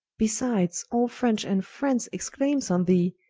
besides, all french and france exclaimes on thee,